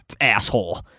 asshole